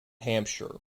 hampshire